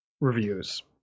reviews